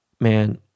man